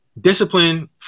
discipline